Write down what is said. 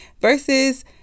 versus